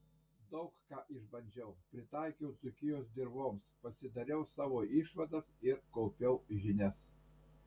daug ką išbandžiau pritaikiau dzūkijos dirvoms pasidariau savo išvadas ir kaupiau žinias